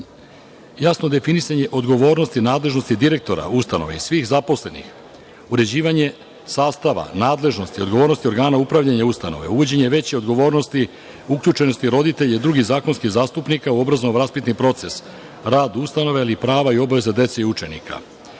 definisanje odgovornosti i nadležnosti direktora ustanove i svih zaposlenih, uređivanje sastava, nadležnosti, odgovornosti organa upravljanja ustanove, uvođenje veće odgovornosti, uključenosti roditelja i drugih zakonskih zastupnika u obrazovno-vaspitni proces, rad ustanove, ali i prava i obaveze dece i učenika.